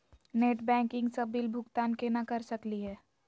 Net banking स bill भुगतान केना कर सकली हे?